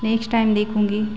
next time देखूँगी